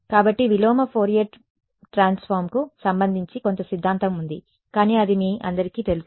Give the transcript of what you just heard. కాబట్టి విలోమ Fourier transform కు సంబంధించి కొంత సిద్ధాంతం ఉంది కానీ అది మీ అందరికీ తెలుసు